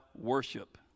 worship